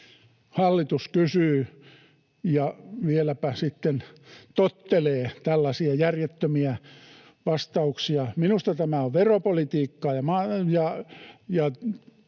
Hallitus kysyi ja vieläpä sitten tottelee tällaisia järjettömiä vastauksia. Minusta tämä on veropolitiikkaa